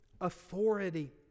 authority